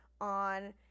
on